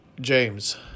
James